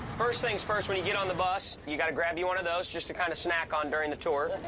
first things first, when you get on the bus, you gotta grab you one of those just to kind of snack on during the tour.